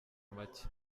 make